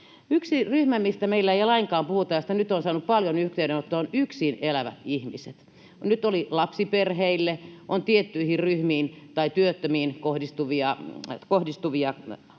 Yksi ryhmä, mistä meillä ei lainkaan puhuta, josta nyt olen saanut paljon yhteydenottoja, ovat yksin elävät ihmiset. Nyt oli lapsiperheille ja on tiettyihin ryhmiin tai työttömiin kohdistuvia etuuksia,